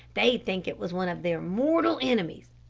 they'd think it was one of their mortal enemies,